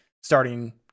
starting